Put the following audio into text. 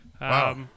Wow